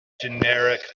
generic